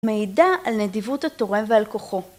מידע על נדיבות התורם ועל כוחו.